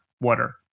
water